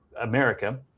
America